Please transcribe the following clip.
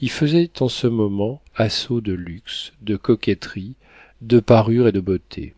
y faisaient en ce moment assaut de luxe de coquetterie de parure et de beauté